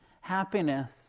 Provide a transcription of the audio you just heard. happiness